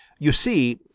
you see,